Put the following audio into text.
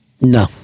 No